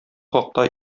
хакта